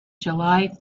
july